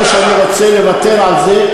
או שאני רוצה לוותר על זה.